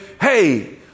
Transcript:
Hey